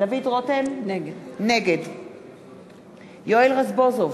נגד יואל רזבוזוב,